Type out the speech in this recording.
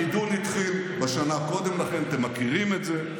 הגידול התחיל בשנה קודם לכן, אתם מכירים את זה.